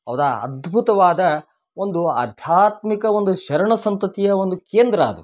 ಹೌದಾ ಅದ್ಭುತವಾದ ಒಂದು ಆಧ್ಯಾತ್ಮಿಕ ಒಂದು ಶರಣ ಸಂತತಿಯ ಒಂದು ಕೇಂದ್ರ ಅದು